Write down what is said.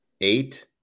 eight